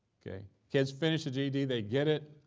okay? kids finish the ged, they get it,